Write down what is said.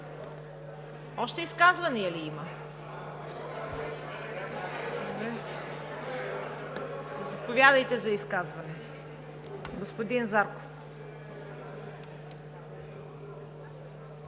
Още изказвания ли има? Заповядайте за изказване, господин Зарков.